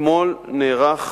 אתמול נערך